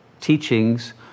teachings